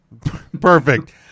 Perfect